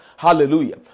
Hallelujah